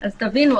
תבינו,